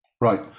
Right